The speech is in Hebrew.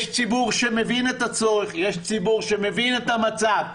יש ציבור שמבין את הצורך, יש ציבור שמבין את המצב.